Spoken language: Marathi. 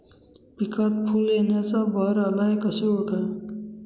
पिकात फूल येण्याचा बहर आला हे कसे ओळखावे?